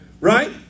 right